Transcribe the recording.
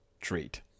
Treat